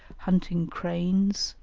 hunting cranes,